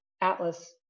atlas